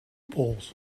poles